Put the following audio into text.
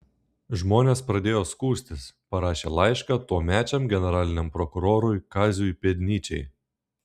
žmonės pradėjo skųstis parašė laišką tuomečiam generaliniam prokurorui kaziui pėdnyčiai